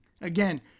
Again